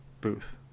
booth